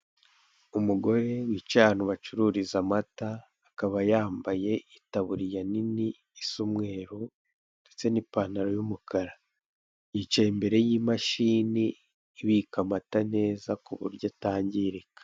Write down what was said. Umugore wicaye ahantu bacururiza amata, akaba yambaye itaburiya nini isa umweru ndetse n'ipantaro y'umukara. Yicaye imbere y'imashini ibika amata neza kuburyo atangirika